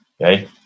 Okay